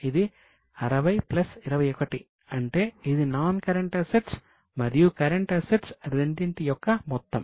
ఇది 60 ప్లస్ 21 అంటే ఇది నాన్ కరెంట్ అసెట్స్ రెండింటి యొక్క మొత్తం